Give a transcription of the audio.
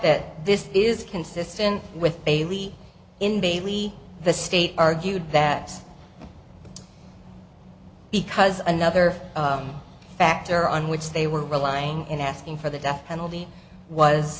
that this is consistent with bailey in basically the state argued that because another factor on which they were relying in asking for the death penalty was